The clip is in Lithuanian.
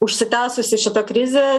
užsitęsusi šita krizė